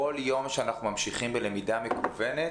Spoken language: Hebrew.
כל יום שאנחנו ממשיכים בלמידה מקוונת,